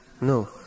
No